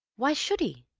why should he?